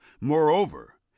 Moreover